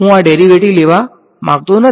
હું આ ડેરીવેટીવ લેવા માંગતો નથી